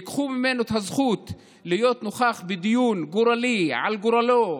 ייקחו ממנו את הזכות להיות נוכח בדיון גורלי על גורלו,